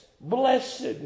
Blessed